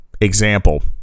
example